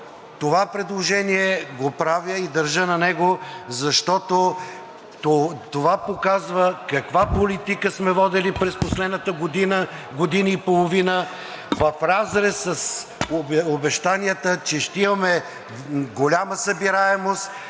това предложение го правя и държа на него, защото това показва каква политика сме водили през последната година – година и половина, в разрез с обещанията, че ще имаме голяма събираемост